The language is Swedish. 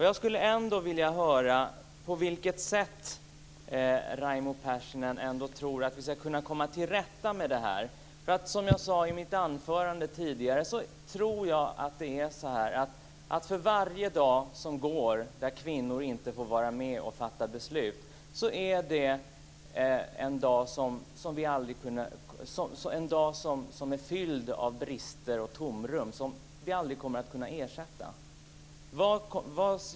Jag skulle vilja höra på vilket sätt Raimo Pärssinen tror att vi ska kunna komma till rätta med det här. Som jag sade i mitt anförande tidigare tror jag att varje dag som går där kvinnor inte får vara med och fatta beslut är en dag fylld av brister och tomrum som vi aldrig kommer att kunna ersätta.